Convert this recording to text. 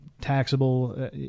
taxable